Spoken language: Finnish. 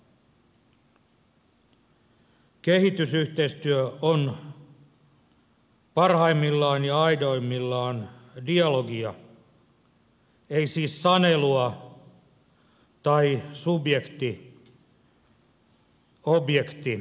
kehitysyhteistyö on parhaimmillaan ja aidoimmillaan dialogia ei siis sanelua tai subjektiobjekti asetelmaa